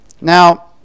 Now